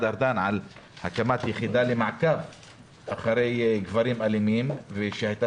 ארדן על הקמת יחידה למעקב אחרי גברים אלימים והייתה